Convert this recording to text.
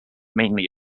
mainly